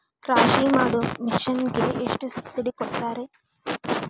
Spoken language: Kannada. ರಾಶಿ ಮಾಡು ಮಿಷನ್ ಗೆ ಎಷ್ಟು ಸಬ್ಸಿಡಿ ಕೊಡ್ತಾರೆ?